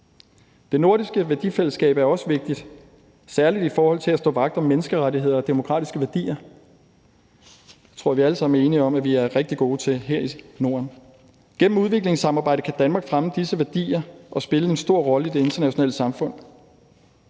Det nordiske værdifællesskab er også vigtigt, særlig i forhold til at stå vagt om menneskerettigheder og demokratiske værdier, som jeg tror vi alle sammen er enige om at vi er rigtig gode til her i Norden. Gennem udviklingssamarbejde kan Danmark fremme disse værdier og spille en stor rolle i det internationale samfund.